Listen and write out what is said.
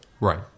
Right